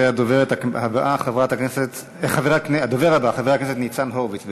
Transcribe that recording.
הדובר הבא, חבר הכנסת ניצן הורוביץ.